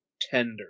tender